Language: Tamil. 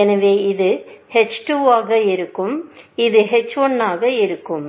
எனவே இது h 2 ஆக இருக்கும் இது h 1 ஆக இருக்கும்